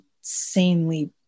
insanely